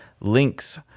links